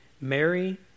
Mary